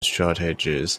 shortages